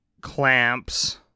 clamps